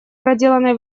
проделанной